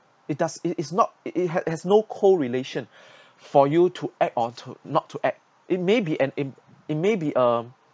it does it is not it has no co-relation for you to act or to not to act it may be an in~ it may be a